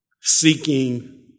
seeking